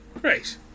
Great